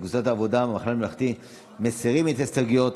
והיא תעבור לוועדת הפנים והגנת הסביבה להכנתה לקריאה השנייה והשלישית.